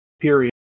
period